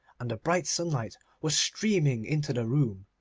and the bright sunlight was streaming into the room,